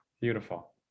beautiful